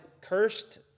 cursed